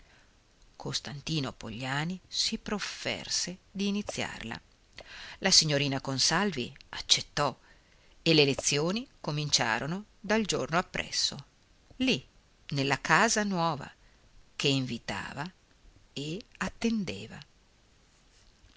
costantino pogliani si profferse d'iniziarla la signorina consalvi accettò e le lezioni cominciarono il giorno appresso lì nella casa nuova che invitava ed attendeva